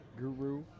guru